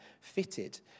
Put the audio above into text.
fitted